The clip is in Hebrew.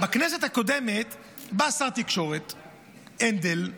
בכנסת הקודמת בא שר התקשורת הנדל,